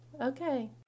Okay